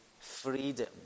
freedom